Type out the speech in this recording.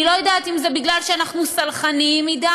אני לא יודעת אם זה כי אנחנו סלחנים מדי